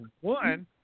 one